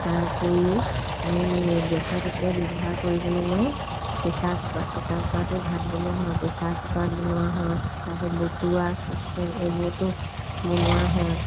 তাৰ উপৰিও আমি গেছত এতিয়া ব্যৱহাৰ কৰিবলৈ লওঁ প্ৰেছাৰ কুকাৰ প্ৰেছাৰ ছাৰ কুকাৰতো ভাত বনোৱা হয় প্ৰেছাৰ কুকাৰত বনোৱা হয় তাৰপাছত বতুৱা ছচপেন এইবোৰতো বনোৱা হয়